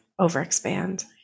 overexpand